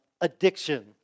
addiction